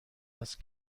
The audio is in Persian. است